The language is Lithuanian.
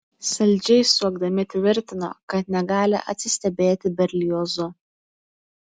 saldžiai suokdami tvirtino kad negali atsistebėti berliozu